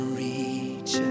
reach